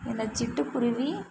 இந்த சிட்டுக்குருவி